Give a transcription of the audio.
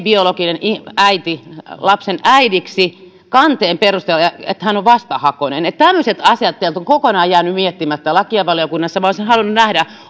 biologinen äiti lapsen äidiksi kanteen perusteella ja hän on vastahakoinen tämmöiset asiat ovat kokonaan jääneet miettimättä lakivaliokunnassa minä olisin halunnut nähdä